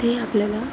ते आपल्याला